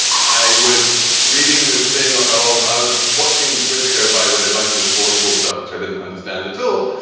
i was reading this thing. oh, i was watching twitter go by with a bunch of sports, awful stuff, which i didn't understand at all.